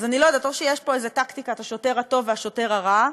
אז אני לא יודעת: או שיש פה איזו טקטיקת השוטר הטוב והשוטר הרע,